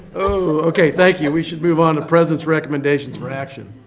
okay. thank you. we should move on to president's recommendations for action.